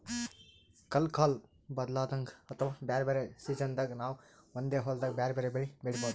ಕಲ್ಕಾಲ್ ಬದ್ಲಾದಂಗ್ ಅಥವಾ ಬ್ಯಾರೆ ಬ್ಯಾರೆ ಸಿಜನ್ದಾಗ್ ನಾವ್ ಒಂದೇ ಹೊಲ್ದಾಗ್ ಬ್ಯಾರೆ ಬ್ಯಾರೆ ಬೆಳಿ ಬೆಳಿಬಹುದ್